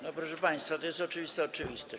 No, proszę państwa, to jest oczywista oczywistość.